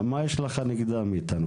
מה יש לך נגדם, איתן?